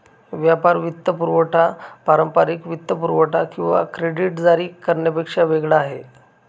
व्यापार वित्तपुरवठा पारंपारिक वित्तपुरवठा किंवा क्रेडिट जारी करण्यापेक्षा वेगळा आहे